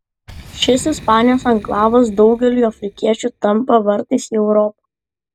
šis ispanijos anklavas daugeliui afrikiečių tampa vartais į europą